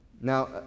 Now